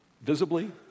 Visibly